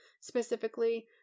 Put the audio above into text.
specifically